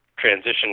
Transition